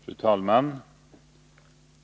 Fru talman!